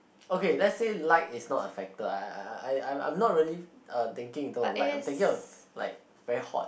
okay let's say light is not a factor I I I I'm not really thinking in term of light I'm thinking of like very hot